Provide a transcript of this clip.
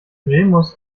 remus